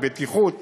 בבטיחות